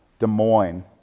des moines,